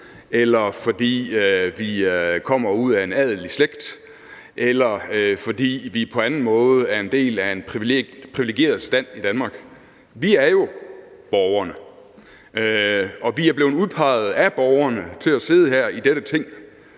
eller fordi vi kommer ud af en adelig slægt, eller fordi vi på anden måde er en del af en privilegeret stand i Danmark. Vi er jo borgerne, og vi er blevet udpeget af borgerne til at sidde her i dette Ting